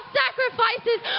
sacrifices